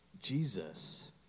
Jesus